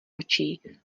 očí